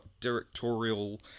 directorial